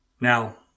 Now